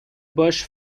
bush